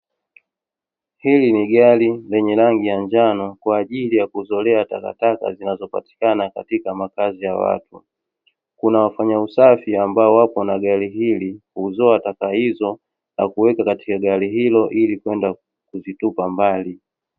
Hili ni gari lenye rangi ya njano kwa ajili ya kuzolea takataka, zinazopatikana katika makazi ya watu, kuna wafanya usafi ambao wapo na gari hili, huzoa taka hizo na kuweka katika gari hilo ili kwenda kuzitupa mbali.